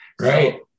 right